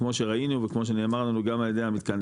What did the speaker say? כמו שראינו וכמו שנאמר לנו גם על ידי המתקן.